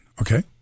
Okay